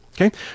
Okay